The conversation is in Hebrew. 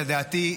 לדעתי,